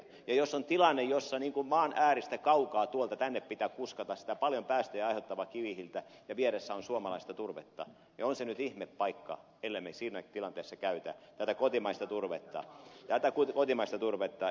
jos on tilanne jossa maan ääristä kaukaa tuolta tänne pitää kuskata sitä paljon päästöjä aiheuttavaa kivihiiltä ja vieressä on suomalaista turvetta niin on se nyt ihme paikka ellemme siinä tilanteessa käytä tätä kotimaista turvetta tätä kotimaista turvetta